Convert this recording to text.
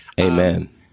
amen